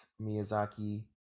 Miyazaki